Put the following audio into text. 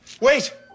Wait